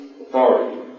authority